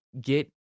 get